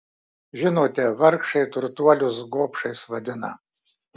žinote vargšai turtuolius gobšais vadina